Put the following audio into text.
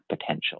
potential